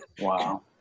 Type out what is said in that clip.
Wow